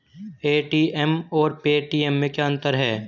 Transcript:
ATM और Paytm में क्या अंतर है?